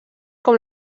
com